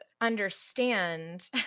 understand